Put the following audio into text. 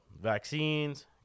vaccines